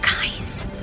Guys